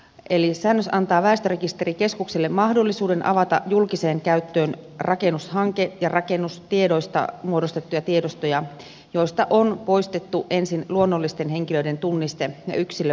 eli säännös antaa väestörekisterikeskukselle mahdollisuuden avata julkiseen käyttöön rakennushankkeista ja rakennustiedoista muodostettuja tiedostoja joista on poistettu ensin luonnollisten henkilöiden tunniste ja yksilöintitiedot